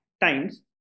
times